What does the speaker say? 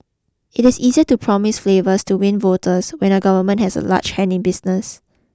it is easier to promise flavours to win voters when a government has a large hand in business